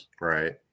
Right